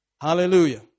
Hallelujah